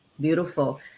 Beautiful